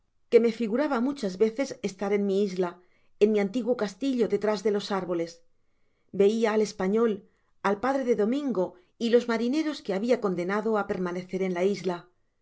que me figu raba muchas veces estar en mi isla en mi antiguo castillo detrás de los árboles veia al español al padre de domingo y los marineros que habia condenado á permanecer en la isla